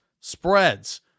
spreads